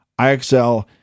IXL